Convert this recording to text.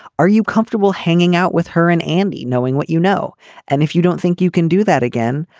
are you comfortable hanging out with her and andy knowing what you know and if you don't think you can do that again.